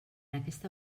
aquesta